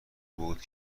بود